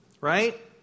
Right